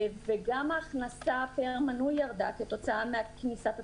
וגם ההכנסה של מנוי ירדה כתוצאה מכניסת התחרות.